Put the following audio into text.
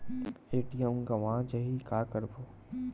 ATM गवां जाहि का करबो?